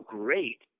great